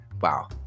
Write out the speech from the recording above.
Wow